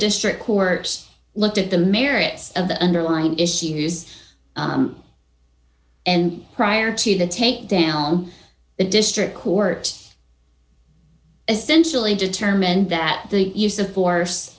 district court looked at the merits of the underlying issues and prior to the takedown the district court essentially determined that the use of force